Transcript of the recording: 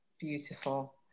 Beautiful